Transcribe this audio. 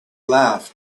laughed